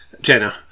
Jenna